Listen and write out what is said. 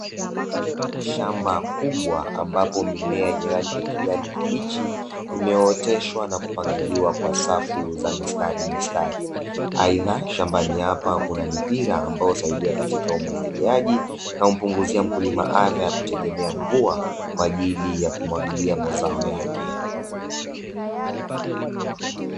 Shamba kubwa ambapo mimea yenye rangi ya kijani kibichi, imeoteshwa na kupangiliwa kwa safu za mistarimistari. Aidha shambani hapa kuna mipira ambayohusaidia katika umwagiliaji nampunguzia mkulima adha ya kutegemea mvua kwa ajili ya kumwagilia mazao yake.